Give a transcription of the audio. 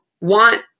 want